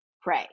Pray